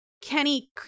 Kenny